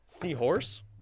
Seahorse